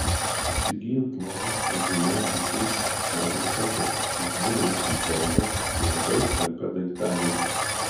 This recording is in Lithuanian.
įsigyjant lovą nedideliam butui agnė pataria būtinai rinktis baldą su labai talpia daiktadėže